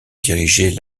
diriger